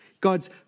God's